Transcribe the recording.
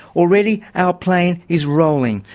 already our plane is rolling.